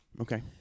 okay